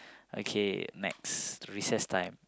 okay next recess time